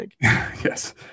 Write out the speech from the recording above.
Yes